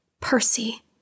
Percy